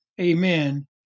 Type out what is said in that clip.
amen